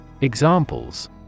Examples